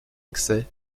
excès